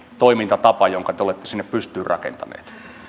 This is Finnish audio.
toimintatapa jonka te olette sinne pystyyn rakentaneet